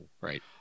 Right